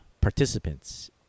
participants